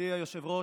מכובדי היושב-ראש,